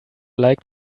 like